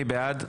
מי בעד?